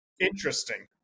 interesting